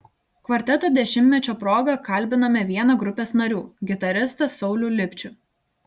kvarteto dešimtmečio proga kalbiname vieną grupės narių gitaristą saulių lipčių